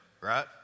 right